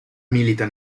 milita